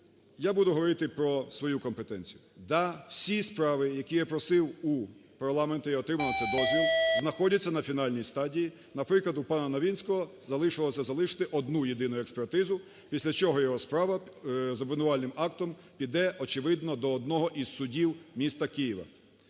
Я буду говорити про свою компетенцію. Так, всі справи, які я просив у парламенту і отримав на це дозвіл, знаходяться на фінальній стадії. Наприклад, у пана Новинського залишилось залишити одну-єдину експертизу, після чого його справа з обвинувальним актом піде, очевидно, до одного із судів міста Києва.